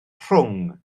rhwng